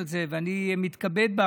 ואני מתכבד,